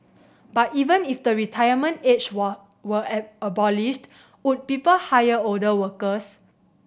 but even if the retirement age were were an abolished would people hire older workers